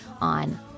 on